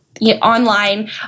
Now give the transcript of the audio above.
online